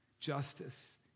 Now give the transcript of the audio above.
Justice